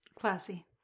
Classy